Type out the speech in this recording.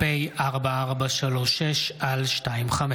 פ/4436/25: